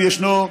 אם ישנו,